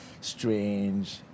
strange